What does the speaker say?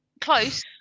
Close